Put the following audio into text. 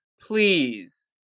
please